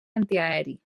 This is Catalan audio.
antiaeri